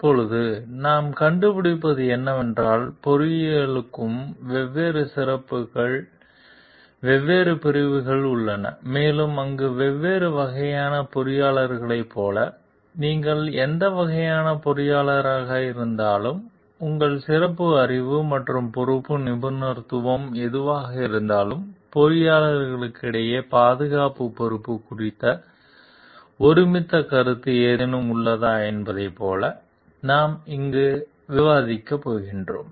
இப்போது நாம் கண்டுபிடிப்பது என்னவென்றால் பொறியியலுக்கும் வெவ்வேறு சிறப்புகள் வெவ்வேறு பிரிவுகள் உள்ளன மேலும் அங்கு வெவ்வேறு வகையான பொறியியலாளர்களைப் போல நீங்கள் எந்த வகையான பொறியியலாளராக இருந்தாலும் உங்கள் சிறப்பு அறிவு மற்றும் பொறுப்பு நிபுணத்துவம் எதுவாக இருந்தாலும் பொறியியலாளர்களிடையே பாதுகாப்பு பொறுப்பு குறித்து ஒருமித்த கருத்து ஏதேனும் உள்ளதா என்பதைப் போல நாம் இங்கு விவாதிக்கப் போகிறோம்